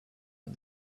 and